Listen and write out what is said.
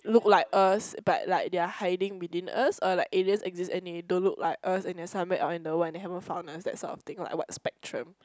look like us but like they are hiding within us or like aliens exist and they don't look like us and they are somewhere out in the world and they haven't found us that sort of thing like what spectrum